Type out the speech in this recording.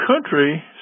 country